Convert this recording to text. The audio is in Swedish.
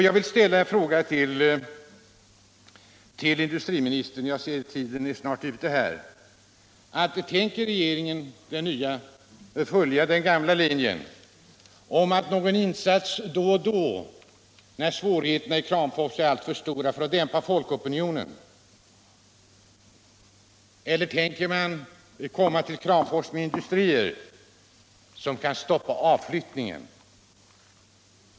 Jag vill rikta ännu en fråga till industriministern: Tänker den nya regeringen följa den gamla regeringens linje att göra någon insats bara då och då, när svårigheterna i Kramfors är alltför stora, för att dämpa folkopinionen? Eller tänker regeringen medverka till att det kommer industrier till Kramfors, vilka kan stoppa avflyttningen därifrån?